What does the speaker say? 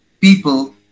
people